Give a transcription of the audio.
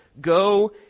go